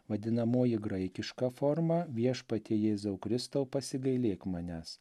vadinamoji graikiška forma viešpatie jėzau kristau pasigailėk manęs